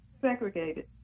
Segregated